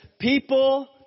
People